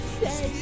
say